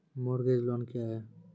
Mortgage loan क्या है?